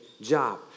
job